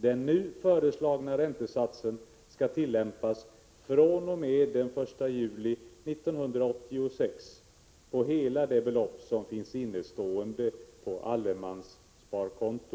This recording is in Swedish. Den nu föreslagna räntesatsen skall tillämpas fr.o.m. den 1 juli 1986 på hela det belopp som finns innestående på allemanssparkonto.”